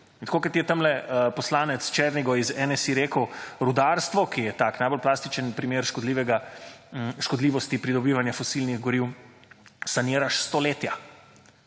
tako kot je tamle poslanec Černigoj iz NSi rekel, rudarstvo, ki je tak najbolj plastičen primer škodljivosti pridobivanja fosilnih goriv, saniraš stoletja.